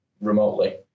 remotely